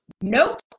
nope